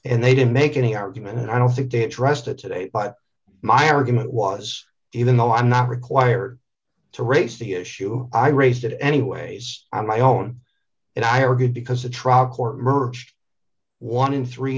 and they didn't make any argument and i don't think they addressed it today but my argument was even though i'm not required to raise the issue i raised it anyways on my own and i are good because the